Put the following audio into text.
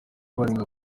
barenga